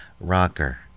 Rocker